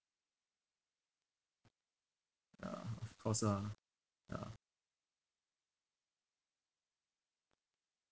ya of course lah ya